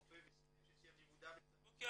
רופא שיניים שסיים לימודיו --- אוקיי,